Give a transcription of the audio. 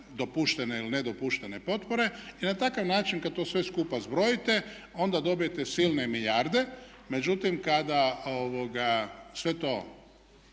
dopuštene ili nedopuštene potpore. I na takav način kad to sve skupa zbrojite onda dobijete silne milijarde, međutim kada sve to